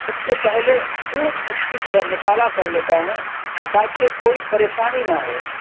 اس سے پہلے خوب اچھی طرح مطالعہ کر لیتا ہوں تاکہ کوئی پریشانی نہ ہو